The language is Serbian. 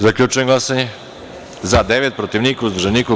Zaključujem glasanje: za – 11, protiv – niko, uzdržanih – nema.